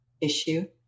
issue